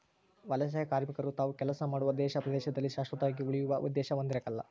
ವಲಸೆಕಾರ್ಮಿಕರು ತಾವು ಕೆಲಸ ಮಾಡುವ ದೇಶ ಪ್ರದೇಶದಲ್ಲಿ ಶಾಶ್ವತವಾಗಿ ಉಳಿಯುವ ಉದ್ದೇಶ ಹೊಂದಿರಕಲ್ಲ